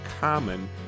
common